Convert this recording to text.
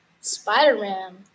Spider-Man